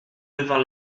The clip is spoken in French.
devant